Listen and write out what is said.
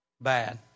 Bad